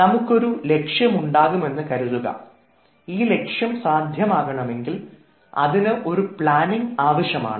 നമുക്കൊരു ലക്ഷ്യം ഉണ്ടാകും എന്ന് കരുതുക ഈ ലക്ഷ്യം സാധ്യമാകണമെങ്കിൽ ഒരു പ്ലാനിങ് അത്യാവശ്യമാണ്